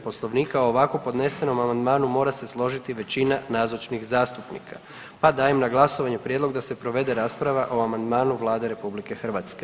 Poslovnika, a o ovako podnesenom amandmanu mora se složiti većina nazočnih zastupnika, pa dajem na glasovanje prijedlog da se provede rasprava o amandmanu Vlade RH.